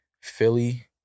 Philly